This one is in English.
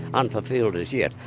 unfulfilled as yet.